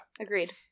Agreed